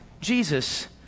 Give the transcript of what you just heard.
Jesus